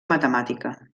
matemàtica